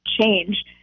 change